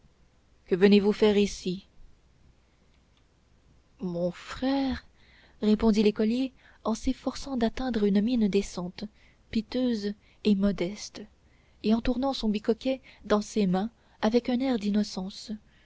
que venez-vous faire ici mon frère répondit l'écolier en s'efforçant d'atteindre à une mine décente piteuse et modeste et en tournant son bicoquet dans ses mains avec un air d'innocence